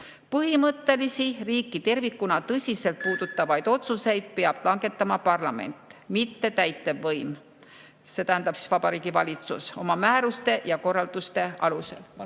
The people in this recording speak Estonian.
Põhimõttelisi, riiki tervikuna tõsiselt puudutavaid otsuseid peab langetama parlament, mitte täitevvõim, see tähendab Vabariigi Valitsus oma määruste ja korralduste alusel.